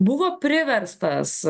buvo priverstas